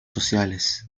sociales